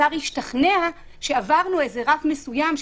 שהשר ישתכנע שעברנו איזה רף מסוים,